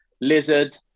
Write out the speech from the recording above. Lizard